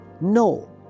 No